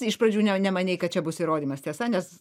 iš pradžių ne nemanei kad čia bus įrodymas tiesa nes